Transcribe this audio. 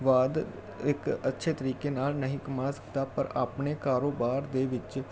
ਬਾਅਦ ਇੱਕ ਅੱਛੇ ਤਰੀਕੇ ਨਾਲ ਨਹੀਂ ਕਮਾ ਸਕਦਾ ਪਰ ਆਪਣੇ ਕਾਰੋਬਾਰ ਦੇ ਵਿੱਚ